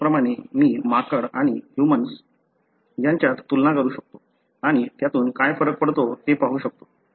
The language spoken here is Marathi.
त्याचप्रमाणे मी माकड आणि ह्यूमन्स यांच्यात तुलना करू शकतो आणि त्यातून काय फरक पडतो ते पाहू शकतो